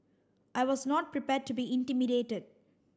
I was not prepared to be intimidated